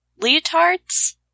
leotards